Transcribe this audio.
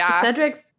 Cedric